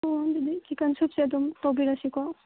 ꯑꯣ ꯑꯗꯨꯗꯤ ꯆꯤꯛꯀꯟ ꯁꯨꯞꯁꯦ ꯑꯗꯨꯝ ꯇꯧꯕꯤꯔꯁꯤꯀꯣ